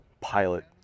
pilot